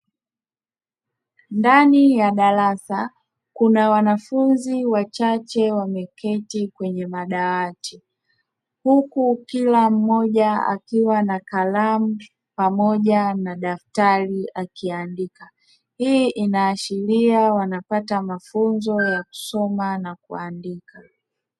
Ndani ya darasa kuna wanafunzi wachache wameketi kwenye madawati huku kila mmoja akiwa na kalamu pamoja na daktari akiandika hii inaashiria wanapata mafunzo ya kusoma na kuandika.